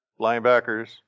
Linebackers